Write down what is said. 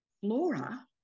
flora